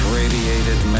radiated